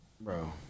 Bro